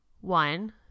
One